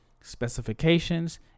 specifications